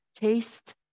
Taste